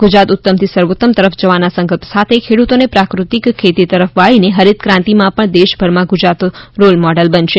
ગુજરાત ઉત્તમથી સર્વોત્તમ તરફ જવાના સંકલ્પ સાથે ખેડૂતોને પ્રાકૃતિક ખેતી તરફવાળીને હરિતક્રાંતિમાં પણ દેશભરમાં ગુજરાત રોલ મોડલ બનશે